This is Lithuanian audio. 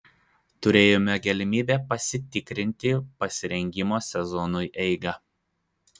turėjome galimybę pasitikrinti pasirengimo sezonui eigą